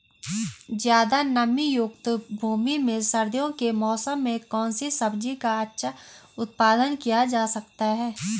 ज़्यादा नमीयुक्त भूमि में सर्दियों के मौसम में कौन सी सब्जी का अच्छा उत्पादन किया जा सकता है?